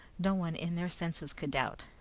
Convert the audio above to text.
no one in their senses could doubt.